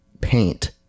paint